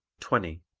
twenty.